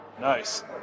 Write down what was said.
Nice